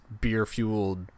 beer-fueled